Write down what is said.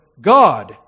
God